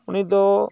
ᱩᱱᱤᱫᱚ